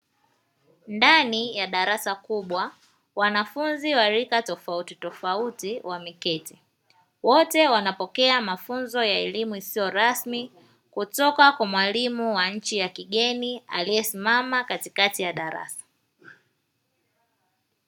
Ndani ya darasa kubwa wanafunzi wa rika tofautitofauti wameketi, wote wanapokea mafunzo ya elimu isiyo rasmi kutoka kwa mwalimu wa nchi ya kigeni aliyesimama katikati ya darasa.